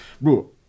Bro